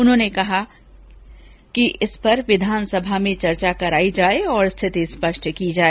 उन्होंने कहा कि इस पर विधानसभा में चर्चा करायी जाए और स्थिति स्पष्ट की जाए